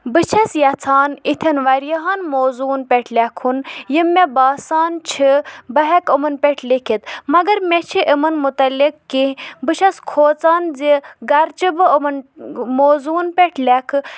بہٕ چھَس یژھان ہِتھٮ۪ن واریاہَن موضوٗوَن پٮ۪ٹھ لیکھُن یِم مےٚ باسان چھِ بہٕ ہیٚکہٕ یِمَن پٮ۪ٹھ لیٖکھِتھ مگر مےٚ چھ یِمَن متعلِق کہِ بہٕ چھَس کھوژان زِ گرچہِ بہٕ یِمَن موضوٗعَن پٮ۪ٹھ لیکھٕ